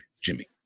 Jimmy